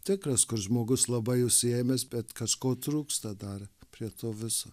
tikras kad žmogus labai užsiėmęs bet kažko trūksta dar prie to viso